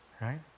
Right